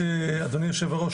אדוני היושב-ראש,